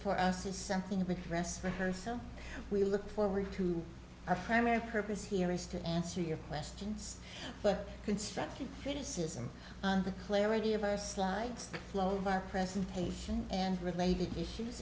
for us is something of a rest for her so we look forward to our primary purpose here is to answer your questions but constructive criticism of the clarity of our slides flow over presentation and related issues